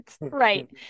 right